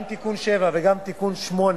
גם תיקון 7 וגם תיקון 8,